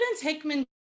Hickman